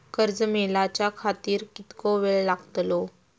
कर्ज मेलाच्या खातिर कीतको वेळ लागतलो?